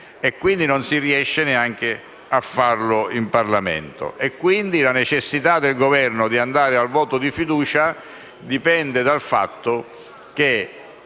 e, quindi, non si riesce neanche a farlo in Parlamento. La necessità del Governo di andare al voto di fiducia dipende quindi dal fatto che